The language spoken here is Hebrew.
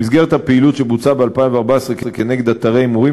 במסגרת הפעילות שבוצעה ב-2014 כנגד אתרי הימורים,